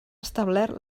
establert